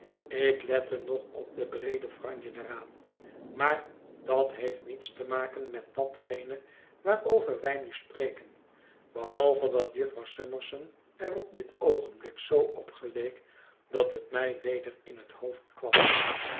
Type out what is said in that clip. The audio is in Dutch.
ik lette nog op de breede franje daaraan maar dat heeft niets te maken met datgene waarover wij nu spreken behalve dat jufvrouw summerson er op dit oogenblik zoo op geleek dat het mij weder in het hoofd kwam